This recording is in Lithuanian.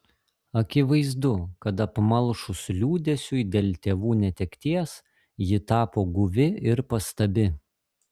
akivaizdu kad apmalšus liūdesiui dėl tėvų netekties ji tapo guvi ir pastabi